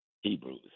Hebrews